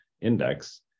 index